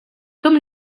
comme